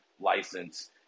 license